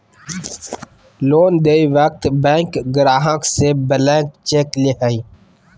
loan देय वक्त bank ग्राहक से ब्लैंक चेक ले हइ